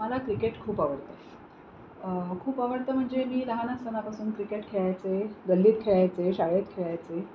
मला क्रिकेट खूप आवडतं खूप आवडतं म्हणजे मी लहान असताना पासून क्रिकेट खेळायचे गल्लीत खेळायचे शाळेत खेळायचे